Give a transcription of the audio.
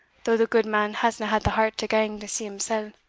though the gudeman hasna had the heart to gang to sea himsell